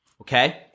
Okay